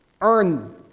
earn